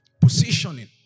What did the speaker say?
Positioning